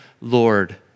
Lord